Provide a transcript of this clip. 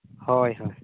ᱦᱳᱭ ᱦᱚᱭ